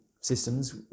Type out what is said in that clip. systems